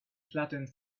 flattened